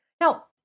Now